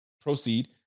Proceed